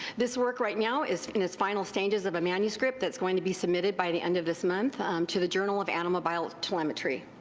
this work right now is in the final stages of a manuscript thatis going to be submitted by the end of this month to the journal of animal biotelemetry.